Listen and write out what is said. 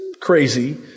crazy